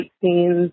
scenes